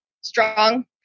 strong